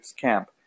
camp